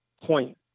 point